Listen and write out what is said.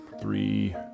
three